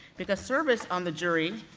because service on the jury,